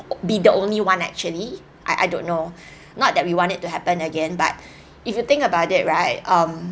be the only one actually I I don't know not that we want it to happen again but if you think about it right um